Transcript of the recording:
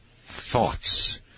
thoughts